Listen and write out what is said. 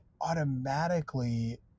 automatically